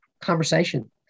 conversation